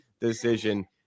decision